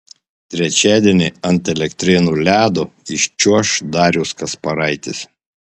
trečiadienį ant elektrėnų ledo iščiuoš darius kasparaitis